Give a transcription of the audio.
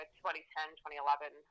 2010-2011